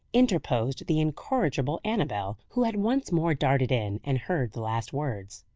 interposed the incorrigible annabel, who had once more darted in, and heard the last words.